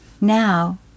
Now